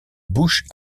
bouche